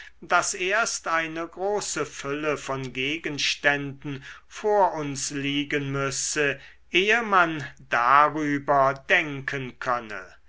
daß erst eine große fülle von gegenständen vor uns liegen müsse ehe man darüber denken könne